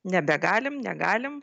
nebegalim negalim